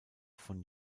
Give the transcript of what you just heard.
von